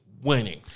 Winning